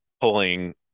pulling